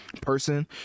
person